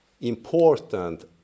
important